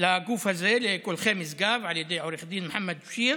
לגוף הזה, לקולחי משגב, על ידי עו"ד מוחמד בשיר,